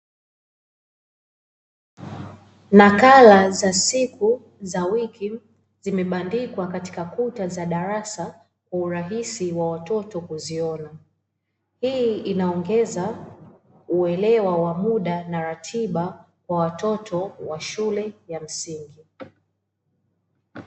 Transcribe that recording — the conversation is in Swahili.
Nakala za siku za wiki zimebandikwa katika kuta za darasa kwa urahisi wa watoto kuziona, hii inaongeza uelewa wa muda na ratiba kwa watoto wa shule ya msingi.